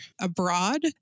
abroad